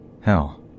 Hell